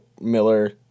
Miller